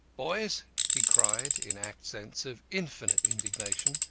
boys! he cried, in accents of infinite indignation,